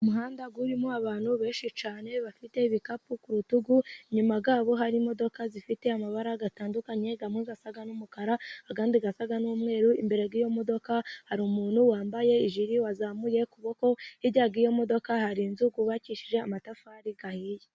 Umuhanda urimo abantu benshi cyane bafite ibikapu ku rutugu, inyuma yabo hari imodoka zifite amabara atandukanye, amwe asa n'umukara, andi asa n'umweru, imbere y'iyo modoka hari umuntu wambaye ijire wazamuye ukuboko, hirya y'iyo modoka hari inzu yubakishije amatafari ahiye.